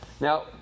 Now